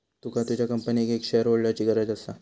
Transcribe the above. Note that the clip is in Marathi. तुका तुझ्या कंपनीक एक शेअरहोल्डरची गरज असा